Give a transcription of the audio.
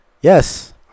Yes